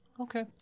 Okay